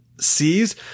sees